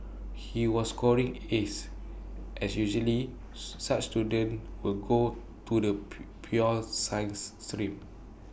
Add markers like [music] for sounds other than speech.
he was scoring as as usually such students will go to the [unintelligible] pure science stream